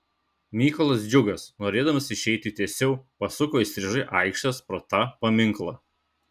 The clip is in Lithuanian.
mykolas džiugas norėdamas išeiti tiesiau pasuko įstrižai aikštės pro tą paminklą